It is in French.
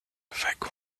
wagon